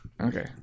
Okay